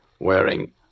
...wearing